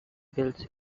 bills